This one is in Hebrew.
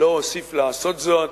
לא אוסיף לעשות זאת.